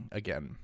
again